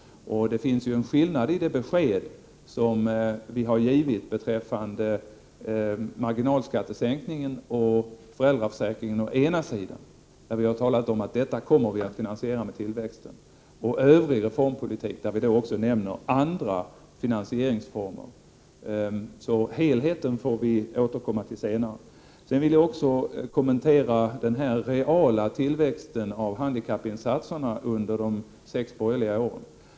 Det finns en skillnad mellan det besked som vi har gett beträffande marginalskattesänkningen och föräldraförsäkringen å ena sidan, där vi talat om att vi kommer att finansiera dem med tillväxten, och beskedet beträffande övrig reformpolitik, där vi nämner också andra finansieringsformer. Helheten får vi återkomma till senare. Jag vill kommentera den reala tillväxten av handikappinsatserna under de sex borgerliga åren.